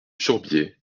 sourbier